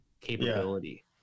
capability